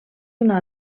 una